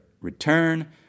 return